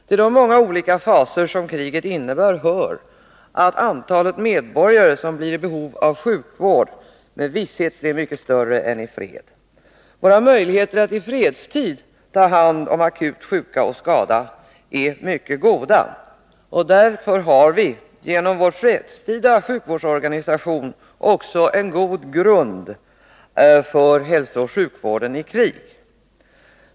En av de många olika fasor som kriget innebär är att antalet medborgare som behöver sjukvård med visshet blir mycket större i krig än i fred. Våra möjligheter att i fredstid ta hand om akut sjuka och skadade är mycket goda. Därför har vi genom vår fredstida sjukvårdsorganisation också en god grund för hälsooch sjukvården i krig.